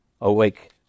awake